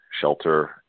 shelter